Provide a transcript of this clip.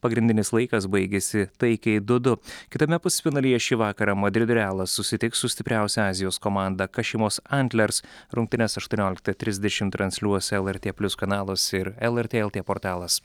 pagrindinis laikas baigėsi taikiai du du kitame pusfinalyje šį vakarą madrido realas susitiks su stipriausia azijos komanda kašimos antlers rungtynes aštuonioliktą trisdešimt transliuos lrt plius kanalas ir lrt lt portalas